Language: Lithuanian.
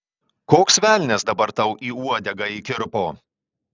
koks velnias dabar tau į uodegą įkirpo